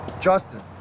Justin